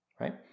right